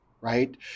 right